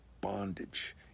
bondage